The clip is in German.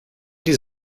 die